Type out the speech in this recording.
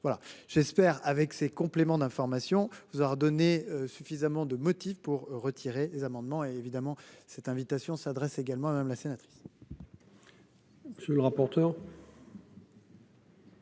j'espère avec ces compléments d'information vous a redonné suffisamment de motifs pour retirer les amendements et évidemment cette invitation s'adresse également à Madame la sénatrice.--